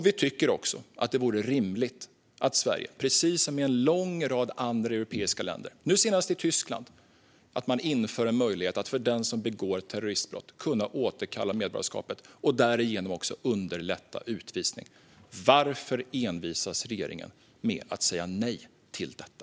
Vi tycker också att det vore rimligt att Sverige precis som en lång rad andra europeiska länder, nu senast Tyskland, inför en möjlighet att återkalla medborgarskapet för den som begår terroristbrott och därigenom också underlätta utvisning. Varför envisas regeringen med att säga nej till detta?